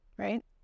Right